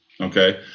okay